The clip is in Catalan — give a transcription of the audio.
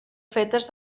fetes